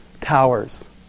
towers